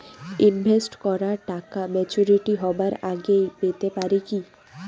Invest করা টাকা maturity হবার আগেই পেতে পারি কি?